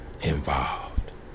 involved